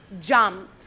jump